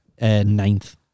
Ninth